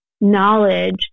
knowledge